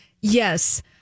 Yes